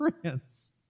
france